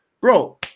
bro